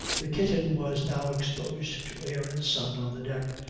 the kitten was now exposed to air and sun on the deck,